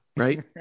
Right